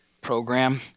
program